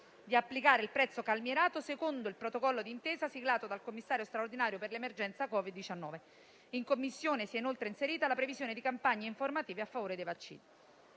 di applicare il prezzo calmierato secondo il protocollo di intesa siglato dal Commissario straordinario per l'emergenza Covid-19. In Commissione si è inoltre inserita la previsione di campagne informative a favore dei vaccini.